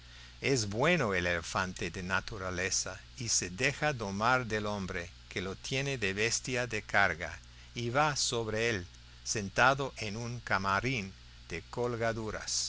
es bueno el elefante de naturaleza y se deja domar del hombre que lo tiene de bestia de carga y va sobre él sentado en un camarín de colgaduras